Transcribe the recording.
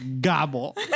Gobble